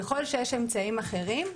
ככל שיש אמצעים אחרים,